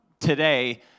today